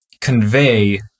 convey